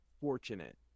fortunate